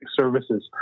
Services